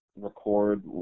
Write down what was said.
record